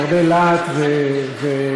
בהרבה להט ואכפתיות,